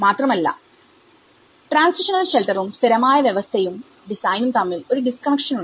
മാത്രമല്ല ട്രാൻസിഷണൽ ഷെൽട്ടറും സ്ഥിരമായ വ്യവസ്ഥയും ഡിസൈനും തമ്മിൽ ഒരു ഡിസ്ക്കണക്ഷൻ ഉണ്ട്